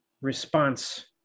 response